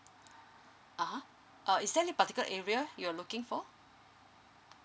(uh huh) uh is there any particular area you're looking for